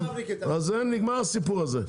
אז נגמר הסיפור הזה.